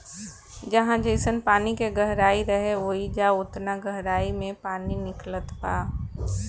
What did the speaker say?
जहाँ जइसन पानी के गहराई रहे, ओइजा ओतना गहराई मे पानी निकलत बा